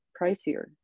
pricier